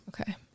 Okay